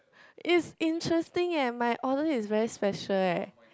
it's interesting ya my olive is very special leh